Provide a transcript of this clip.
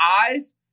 eyes